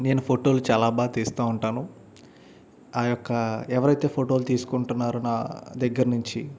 నేను ఫోటోలు చాలా బాగా తీస్తూ ఉంటాను ఆ యొక్క ఎవరైతే ఫోటోలు తీసుకుంటున్నారో నా దగ్గర నుంచి